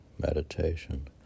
meditation